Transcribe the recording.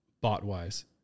bot-wise